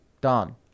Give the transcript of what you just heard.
Done